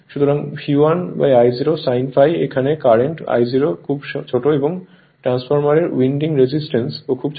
সুতরাং V1I0 sin∅ এখানে current I0 খুবই ছোট এবং ট্রান্সফরমারের উইন্ডিং রেসিসটেন্স ও খুব ছোট